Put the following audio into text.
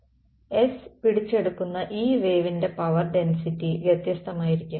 S പിടിച്ചെടുക്കുന്ന ഈ വേവിൻ്റെ പവർ ഡെൻസിറ്റി വ്യത്യസ്തമായിരിക്കും